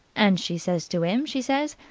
and she says to im, she says,